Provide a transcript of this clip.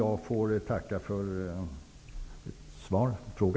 Jag tackar återigen för svaret på min fråga.